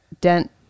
dent